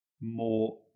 more